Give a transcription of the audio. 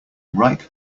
ripe